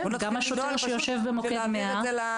בואו נתחיל בדבר הפשוט במקום להעביר את זה